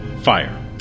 Fire